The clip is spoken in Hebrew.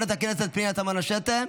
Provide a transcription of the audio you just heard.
24 בעד, אחד נמנע, אין מתנגדים.